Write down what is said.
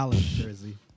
jersey